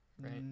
right